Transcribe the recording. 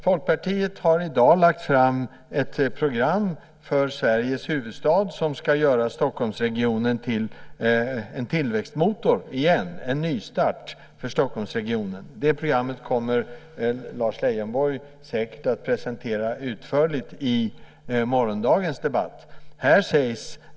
Folkpartiet har i dag lagt fram ett program för Sveriges huvudstad som ska göra Stockholmsregionen till en tillväxtmotor igen. Det ska bli en nystart för Stockholmsregionen. Det programmet kommer Lars Leijonborg säkert att presentera utförligt i morgondagens debatt.